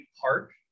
park